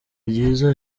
ryiza